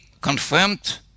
confirmed